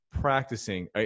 practicing